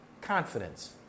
confidence